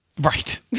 Right